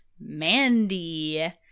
Mandy